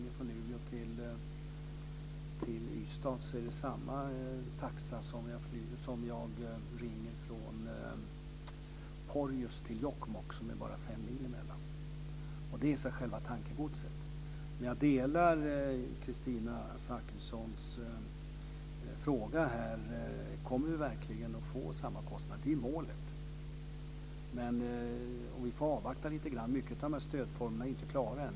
Det är bara lokalsamtal. Det spelar ingen roll om man ringer från Luleå till Ystad eller från Porjus till Jokkmokk, som det bara är fem mil mellan, det är samma taxa. Det är själva tankegodset. Men jag instämmer i Kristina Zakrissons fråga: Kommer vi verkligen att få samma kostnad? Det är målet. Men vi får avvakta lite grann. Mycket av de här stödformerna är inte klara än.